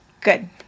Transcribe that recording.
Good